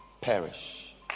perish